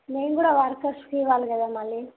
మేం కూడా వర్కర్స్కి ఇవ్వాలి కదా మళ్ళీ